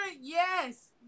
Yes